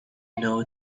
know